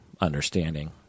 understanding